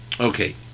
Okay